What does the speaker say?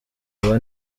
aba